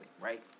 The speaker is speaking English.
right